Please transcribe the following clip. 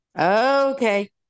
Okay